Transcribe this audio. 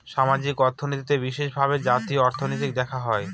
সামষ্টিক অর্থনীতিতে বিশেষভাগ জাতীয় অর্থনীতি দেখা হয়